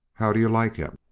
how do you like him?